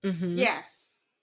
Yes